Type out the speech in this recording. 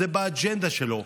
זה באג'נדה שלו.